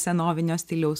senovinio stiliaus